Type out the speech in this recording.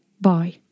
Bye